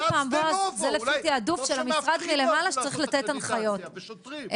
טוב שמאבטחים לא יכלו לעשות אקרדיטציה ושוטרים.